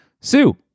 Sue